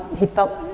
he felt,